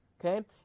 okay